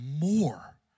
more